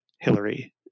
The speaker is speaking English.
Hillary